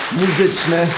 muzyczne